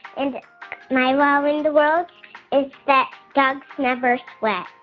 and my wow in the world is that dogs never sweat